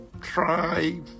try